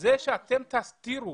זה שאתם תסתירו